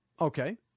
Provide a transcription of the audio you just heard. Okay